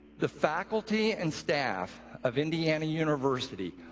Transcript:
the faculty and staff of indiana university,